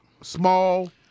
small